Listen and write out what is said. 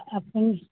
আপুনি